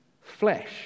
flesh